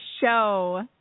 show